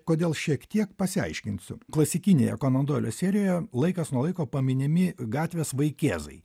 kodėl šiek tiek pasiaiškinsiu klasikinėje konodoilio serijoje laikas nuo laiko paminimi gatvės vaikėzai